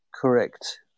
Correct